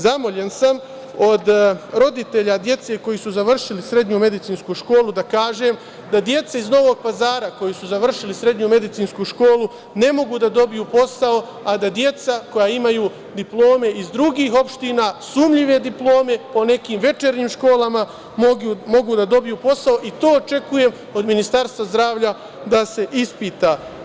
Zamoljen sam od roditelja dece koja su završila Srednju medicinsku školu da kažem da deca iz Novog Pazar koja su završila Srednju medicinsku školu ne mogu da dobiju posao, a da deca koja imaju diplome iz drugih opština, sumnjive diplome u nekim večernjim školama mogu da dobiju posao i to očekujem od Ministarstva zdravlja da se ispita.